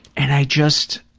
and i just,